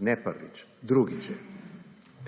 ne prvič. 2.